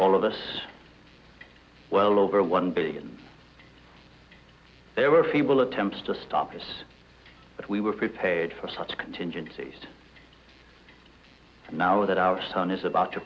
all of us well over one billion there were feeble attempts to stop us but we were prepared for such contingencies now that our sun is about to